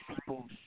people